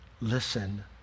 Listen